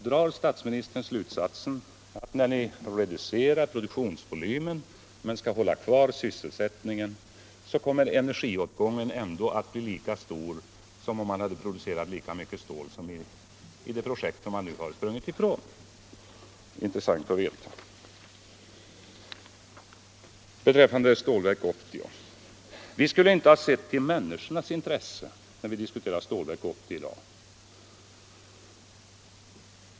Drar statsministern slutsatsen att när ni reducerar produktionsvolymen men skall hålla kvar sysselsättningen så kommer energiåtgången ändå att bli lika stor som om verket hade producerat den mängd stål som man avsåg i det projekt man nu sprungit ifrån? Det skulle vara intressant att veta. Vi skulle inte ha sett till människornas intresse, när vi diskuterar Stålverk 80 i dag.